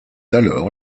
alors